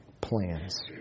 plans